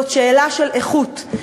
זאת שאלה של איכות,